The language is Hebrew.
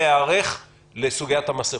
4. יש להיערך לסוגיית המסכות.